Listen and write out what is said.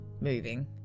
moving